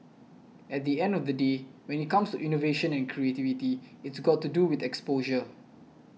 at the end of the day when it comes to innovation and creativity it's got to do with exposure